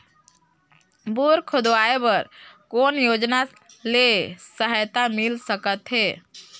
Bore खोदवाय बर कौन योजना ले सहायता मिल सकथे?